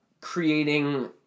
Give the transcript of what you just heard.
creating